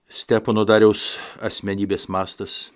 stepono dariaus asmenybės mastas